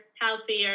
healthier